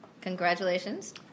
Congratulations